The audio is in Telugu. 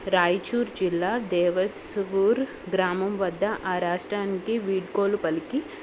రాయచూర్ జిల్లా దేవసుగురు గ్రామం వద్ద ఆ రాష్ట్రానికి వీడుకోలు పలికి